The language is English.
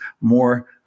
more